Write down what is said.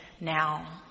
now